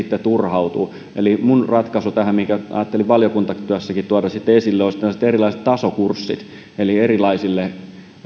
turhautuu eli minun ratkaisuni tähän minkä ajattelin valiokuntatyössäkin tuoda esille olisivat tällaiset erilaiset tasokurssit eli erilaisille